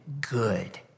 good